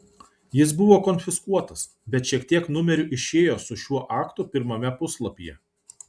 jis buvo konfiskuotas bet šiek tiek numerių išėjo su šiuo aktu pirmame puslapyje